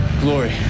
Glory